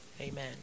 Amen